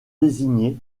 désigner